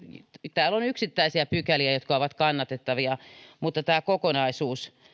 täällä on yksittäisiä pykäliä jotka ovat kannatettavia mutta tämä kokonaisuus